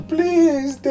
Please